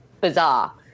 bizarre